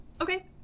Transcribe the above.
Okay